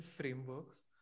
frameworks